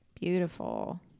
beautiful